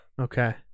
Okay